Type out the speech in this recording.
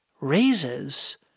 raises